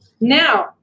now